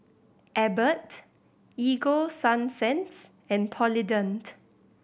Abbott Ego Sunsense and Polident